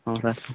ହଁ ସାର୍